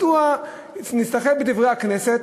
נסתכל ב"דברי הכנסת"